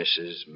Mrs